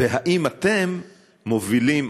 והאם אתם מובילים,